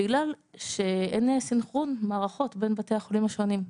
בגלל שאין סנכרון מערכות בין בתי החולים השונים.